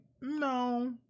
No